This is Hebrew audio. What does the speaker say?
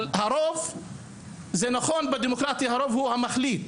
זה נכון בדמוקרטיה, הרוב הוא המחליט,